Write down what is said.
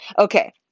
Okay